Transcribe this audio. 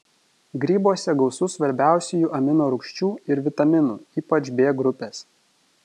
grybuose gausu svarbiausiųjų amino rūgščių ir vitaminų ypač b grupės